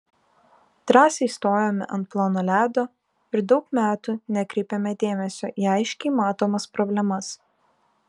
drąsiai stojome ant plono ledo ir daug metų nekreipėme dėmesio į aiškiai matomas problemas